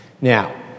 Now